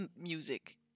music